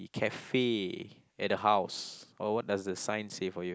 the cafe at the house or what does the sign say for you